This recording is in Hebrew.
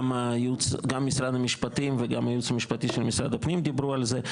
גם משרד המשפטים וגם הייעוץ המשפטי של משרד הפנים דיברו על זה,